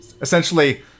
essentially